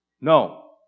No